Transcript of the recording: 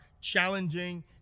challenging